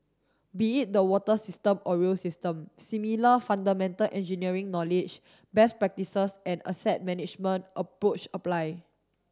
be it the water system or rail system similar fundamental engineering knowledge best practices and asset management approach apply